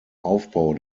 aufbau